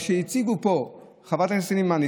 וכך התחולל בישראל לפני שבועיים ימים, אני